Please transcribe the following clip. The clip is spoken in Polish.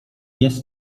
jest